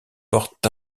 portent